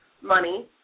money